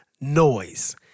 noise